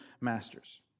masters